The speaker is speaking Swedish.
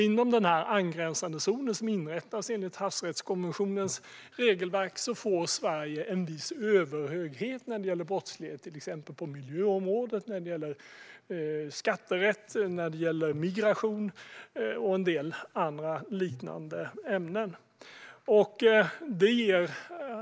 Inom denna angränsande zon, som inrättas enligt havsrättskonventionens regelverk, får Sverige en viss överhöghet när det gäller brottslighet på till exempel miljöområdet och när det gäller skatterätt, migration och en del andra liknande ämnen. Herr talman!